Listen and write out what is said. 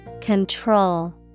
Control